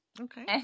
Okay